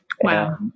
Wow